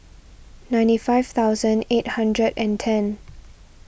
ninety five thousand eight hundred and ten